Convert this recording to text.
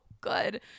good